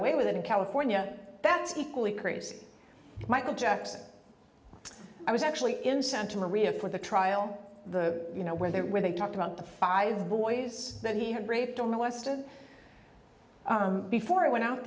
away with it in california that's equally crazy michael jackson i was actually in santa maria for the trial the you know where they were they talked about the five boys that he had raped or molested before i went out